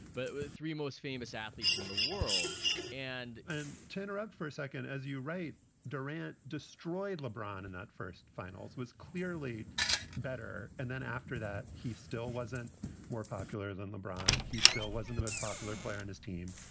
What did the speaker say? but the three most famous athletes in the world and in turn are up for a second, as you right. durant destroyed lebron in that first finals was clearly better. and then after that, he still wasn't more popular than lebron. he still wasn't the most popular player on his team.